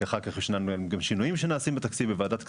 אחר כך נעשים גם שינויים בתקציב בוועדת כספים,